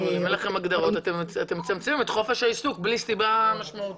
אבל אם אין לכם הגדרות אתם מצמצמים את חופש העיסוק בלי סיבה משמעותית,